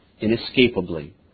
inescapably